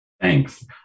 Thanks